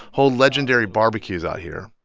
hold legendary barbeques out here.